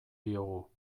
diogu